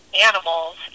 animals